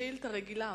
זו שאילתא רגילה,